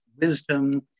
wisdom